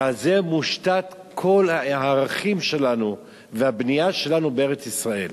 ועל זה מושתתים כל הערכים שלנו והבנייה שלנו בארץ-ישראל.